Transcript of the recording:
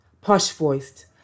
posh-voiced